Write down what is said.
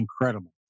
incredible